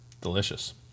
Delicious